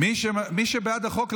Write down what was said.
מי שבעד החוק,